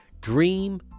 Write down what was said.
dream